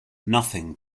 nothing